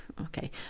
okay